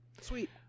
Sweet